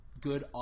good